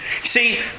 See